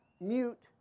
mute